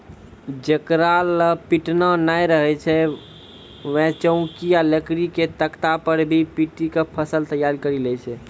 जेकरा लॅ पिटना नाय रहै छै वैं चौकी या लकड़ी के तख्ता पर भी पीटी क फसल तैयार करी लै छै